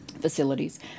facilities